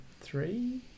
three